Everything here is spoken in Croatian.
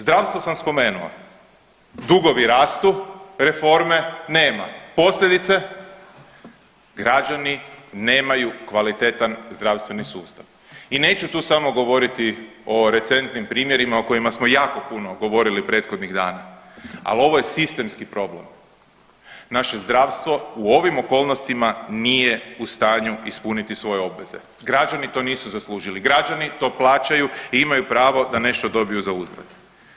Zdravstvo sam spomenuo, dugovi rastu, reforme nema, posljedice građani nemaju kvalitetan zdravstveni sustav i neću tu samo govoriti o recentnim primjerima o kojima smo jako puno govorili prethodnih dana, al ovo je sistemski problem, naše zdravstvo u ovim okolnostima nije u stanju ispuniti svoje obveze, građani to nisu zaslužili, građani to plaćaju i imaju pravo da nešto dobiju zauzvrat.